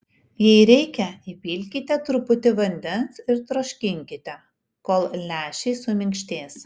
jei reikia įpilkite truputį vandens ir troškinkite kol lęšiai suminkštės